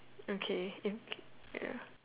okay ya